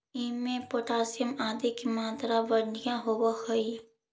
इमें पोटाशियम आदि के मात्रा बढ़िया होवऽ हई